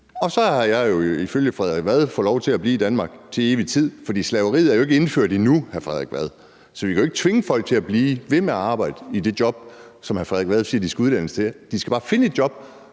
så har jeg ifølge hr. Frederik Vad fået lov til at blive i Danmark til evig tid? Slaveriet er jo ikke indført endnu, hr. Frederik Vad, så vi kan jo ikke tvinge folk til at blive ved med at arbejde i det job, som hr. Frederik Vad siger de skal uddannes til. De skal bare finde et job,